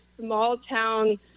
small-town